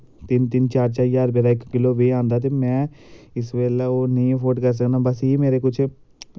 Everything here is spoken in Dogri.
तिन तिन चार चार हज़ार रपे दा इक किल्लो बाह् आंदा ते में इस बेल्लै ओह् नेंई ऐफोर्ड करी सकना ते बस इयै मेरा कुछ